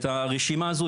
את הרשימה הזו,